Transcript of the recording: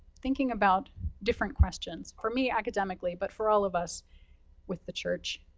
thinking about different questions. for me, academically, but for all of us with the church,